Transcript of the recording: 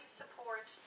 support